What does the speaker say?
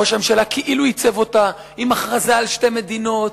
ראש הממשלה כאילו ייצב אותה עם הכרזה על שתי מדינות,